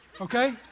Okay